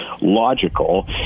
logical